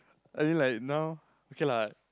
as in like now okay lah